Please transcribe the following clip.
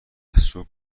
سوپ